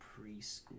preschool